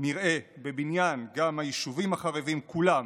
נראה בבניין גם היישובים החרבים כולם,